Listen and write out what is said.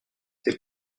c’est